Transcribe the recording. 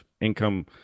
income